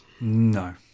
No